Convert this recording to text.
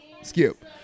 Skip